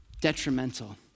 detrimental